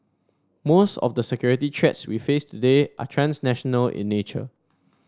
most of the security threats we face today are transnational in nature